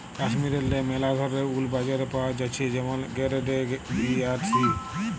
কাশ্মীরেল্লে ম্যালা ধরলের উল বাজারে পাওয়া জ্যাছে যেমল গেরেড এ, বি আর সি